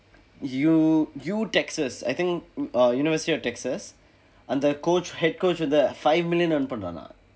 U U texas I think err university of texas அந்த:andtha coach head coach வந்து:vandthu five million earn பண்றானா:panranaa